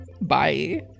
Bye